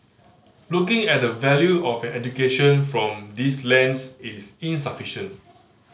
looking at the value of an education from this lens is insufficient